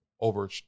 over